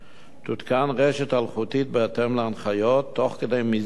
תותקן רשת אלחוטית בהתאם להנחיות, תוך מזעור